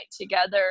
together